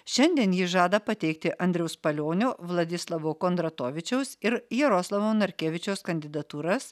šiandien ji žada pateikti andriaus palionio vladislavo kondratovičiaus ir jaroslavo narkevičiaus kandidatūras